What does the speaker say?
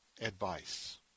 advice